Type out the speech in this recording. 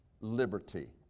liberty